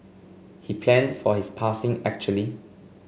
he planned for his passing actually